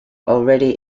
already